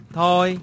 Thôi